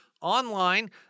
online